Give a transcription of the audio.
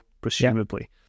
presumably